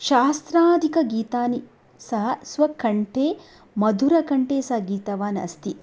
शास्त्रादिक गीतानि सः स्वकण्ठे मधुरकण्ठे सः गीतवान् अस्ति